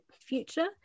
future